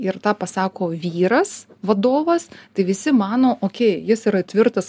ir tą pasako vyras vadovas tai visi mano okei jis yra tvirtas